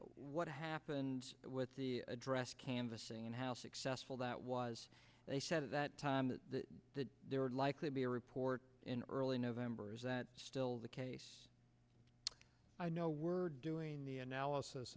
what happened with the address canvassing and how successful that was they said at that time that there would likely be a report in early november is that still the case i know we're doing the analysis